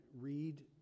read